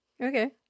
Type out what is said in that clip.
Okay